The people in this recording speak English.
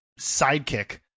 sidekick